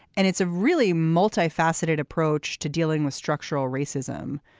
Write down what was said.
and it's a really multifaceted approach to dealing with structural racism.